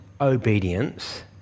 obedience